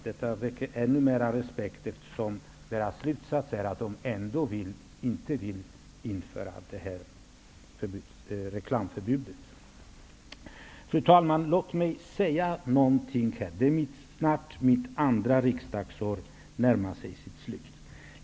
Detta väcker ännu mera respekt, eftersom slutsatsen är att man inte vill införa ett reklamförbud. Fru talman! Låt mig säga en annan sak. Mitt andra riksdagsår närmar sig sitt slut.